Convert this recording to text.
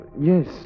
Yes